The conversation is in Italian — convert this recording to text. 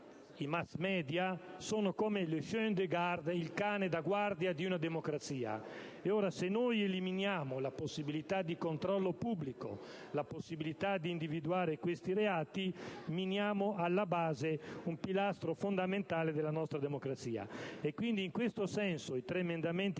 i *mass media* sono come *le* *chien de garde*, il cane da guardia di una democrazia. Se noi eliminiamo la possibilità di controllo pubblico e di individuazione di questi reati, miniamo alla base un pilastro fondamentale della nostra democrazia. In questo senso, gli emendamenti